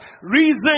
Reason